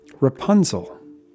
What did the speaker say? Rapunzel